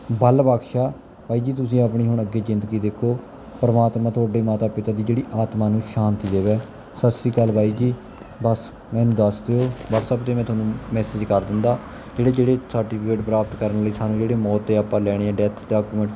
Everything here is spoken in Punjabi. ਬਲ ਬਖਸ਼ਾ ਬਾਈ ਜੀ ਤੁਸੀਂ ਆਪਣੀ ਹੁਣ ਅੱਗੇ ਜ਼ਿੰਦਗੀ ਦੇਖੋ ਪਰਮਾਤਮਾ ਤੁਹਾਡੇ ਮਾਤਾ ਪਿਤਾ ਦੀ ਜਿਹੜੀ ਆਤਮਾ ਨੂੰ ਸ਼ਾਂਤੀ ਦੇਵੈ ਸਤਿ ਸ਼੍ਰੀ ਅਕਾਲ ਬਾਈ ਜੀ ਬਸ ਮੈਨੂੰ ਦੱਸ ਦਿਓ ਵਟਸਐਪ 'ਤੇ ਮੈਂ ਤੁਹਾਨੂੰ ਮੈਸੇਜ ਕਰ ਦਿੰਦਾ ਜਿਹੜੇ ਜਿਹੜੇ ਸਰਟੀਫਿਕੇਟ ਪ੍ਰਾਪਤ ਕਰਨ ਲਈ ਸਾਨੂੰ ਜਿਹੜੇ ਮੌਤ ਅਤੇ ਆਪਾਂ ਲੈਣੇ ਆ ਡੈਥ ਦਾ